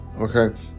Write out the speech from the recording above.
Okay